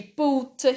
put